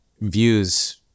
views